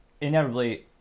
inevitably